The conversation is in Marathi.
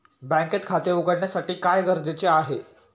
बँकेत खाते उघडण्यासाठी काय गरजेचे आहे?